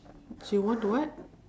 you want to what